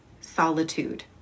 solitude